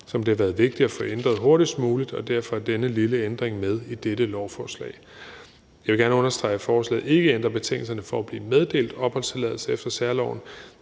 som det har været vigtigt at få ændret hurtigst muligt, og derfor er denne lille ændring med i dette lovforslag. Jeg vil gerne understrege, at forslaget ikke ændrer betingelserne for at blive meddelt opholdstilladelse efter særloven.